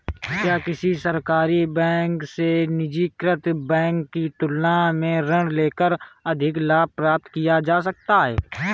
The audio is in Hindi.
क्या किसी सरकारी बैंक से निजीकृत बैंक की तुलना में ऋण लेकर अधिक लाभ प्राप्त किया जा सकता है?